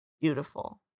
Beautiful